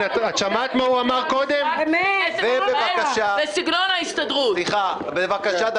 יש לנו נושאים שצריכים